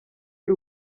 y’u